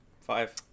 Five